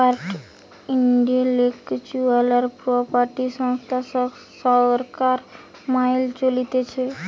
world intellectual property সংস্থা সরকার মাইল চলতিছে